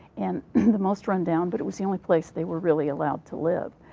and the most rundown, but it was the only place they were really allowed to live.